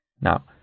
Now